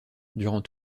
durant